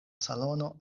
salono